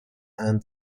and